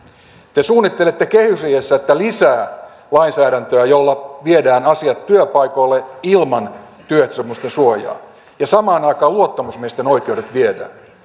te suunnittelette kehysriihessä että lisää lainsäädäntöä jolla viedään asiat työpaikoille ilman työehtosopimusten suojaa ja samaan aikaan luottamusmiesten oikeudet viedään